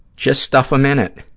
just stuff him in it.